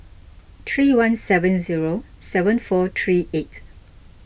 three one seven zero seven four three eight